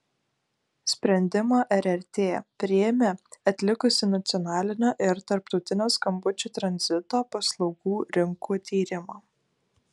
sprendimą rrt priėmė atlikusi nacionalinio ir tarptautinio skambučių tranzito paslaugų rinkų tyrimą